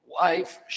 wife